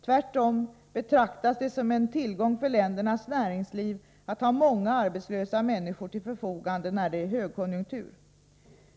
Tvärtom betraktas det som en tillgång för ländernas näringsliv att ha många arbetslösa människor till förfogande när det blir högkonjunktur.